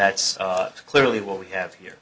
that's clearly what we have here